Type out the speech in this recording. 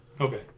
Okay